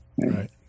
Right